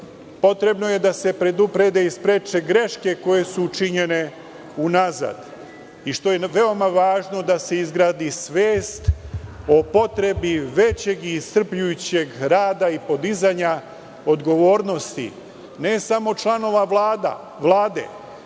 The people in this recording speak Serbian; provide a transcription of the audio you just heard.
Potrebno je da se preduprede i spreče greške koje su činjene unazad i, što je veoma važno, da se izgradi svest o potrebi većeg i iscrpljujućeg rada i podizanja odgovornosti, ne samo članova Vlade,